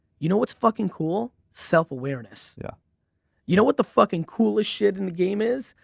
you know what's fucking cool? self-awareness. yeah you know what the fucking coolest shit in the game is?